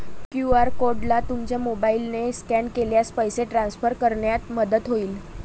QR कोडला तुमच्या मोबाईलने स्कॅन केल्यास पैसे ट्रान्सफर करण्यात मदत होईल